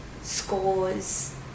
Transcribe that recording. scores